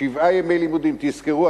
תזכרו.